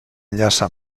enllaça